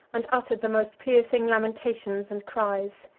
and uttered the most piercing lamentations and cries.